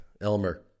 Elmer